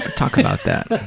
talk about that.